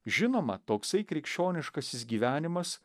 žinoma toksai krikščioniškasis gyvenimas